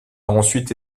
ensuite